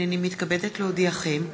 הנני מתכבדת להודיעכם,